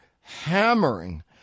hammering